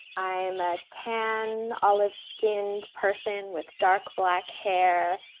am a tan olive-skinned person with dark-black hair.